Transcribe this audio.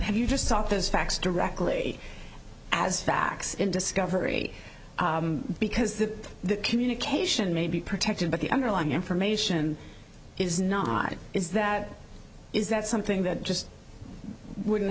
have you just saw those facts directly as facts in discovery because the communication may be protected but the underlying information is not is that is that something that just wouldn't